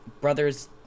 brother's